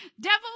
devil